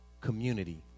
community